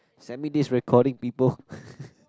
send me this recording people